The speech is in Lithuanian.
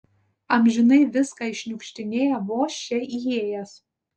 amžinai viską iššniukštinėja vos čia įėjęs